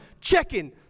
Checking